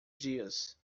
dias